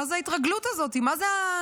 מה זו ההתרגלות הזאת, מה זה הנרמול?